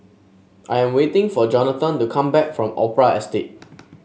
I am waiting for Johnathan to come back from Opera Estate